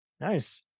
Nice